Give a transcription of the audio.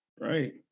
Right